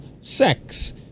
sex